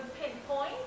pinpoint